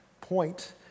point